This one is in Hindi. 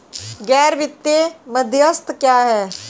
गैर वित्तीय मध्यस्थ क्या हैं?